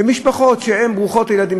משפחות ברוכות ילדים,